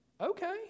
Okay